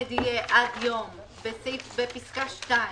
בפסקה (2)